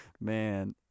Man